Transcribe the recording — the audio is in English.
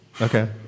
Okay